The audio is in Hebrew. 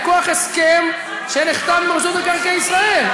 מכוח הסכם שנחתם עם רשות מקרקעי ישראל,